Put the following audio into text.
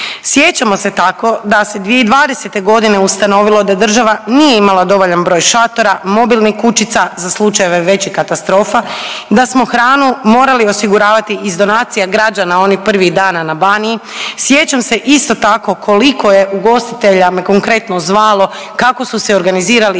Sjećamo se tako da se 2020. godine ustanovilo da država nije imala dovoljan broj šatora, mobilnih kućica za slučajeve većih katastrofa, da smo hranu morali osiguravati iz donacija građana onih prvih dana na Baniji. Sjećam se isto tako koliko je ugostitelja me konkretno zvalo kako su se organizirali